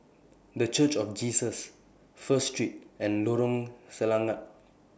The Church of Jesus First Street and Lorong Selangat